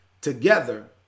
Together